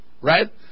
right